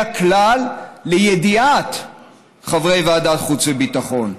כלל לידיעת חברי ועדת החוץ והביטחון?